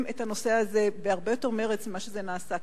את הנושא הזה בהרבה יותר מרץ מכפי שזה נעשה כיום.